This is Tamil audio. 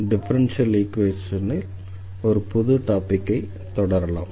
டிஃபரன்ஷியல் ஈக்வேஷன்ல் ஒரு புது டாபிக்கை தொடரலாம்